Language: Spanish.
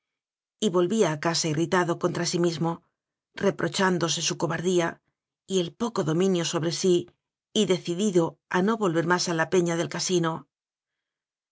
mal y volvía a casa irri tado contra sí mismo reprochándose su co bardía y el poco dominio sobre sí y decidido a no volver más a la peña del casino